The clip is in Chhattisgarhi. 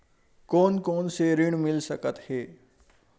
कोन कोन से ऋण मिल सकत हे?